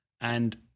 and-